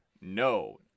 no